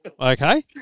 okay